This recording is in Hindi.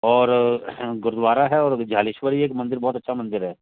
और गुरुद्वारा है और जालेश्वरी एक मंदिर बहुत अच्छा मंदिर है